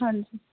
ਹਾਂਜੀ